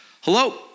hello